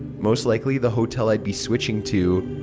most likely the hotel i'd be switching to.